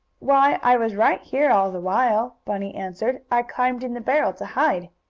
why, i was right here all the while, bunny answered. i climbed in the barrel to hide.